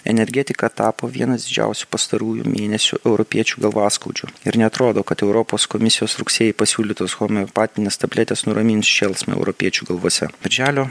energetika tapo vienas didžiausių pastarųjų mėnesių europiečių galvaskaudžių ir neatrodo kad europos komisijos rugsėjį pasiūlytos homeopatinės tabletės nuramins šėlsmą europiečių galvose birželio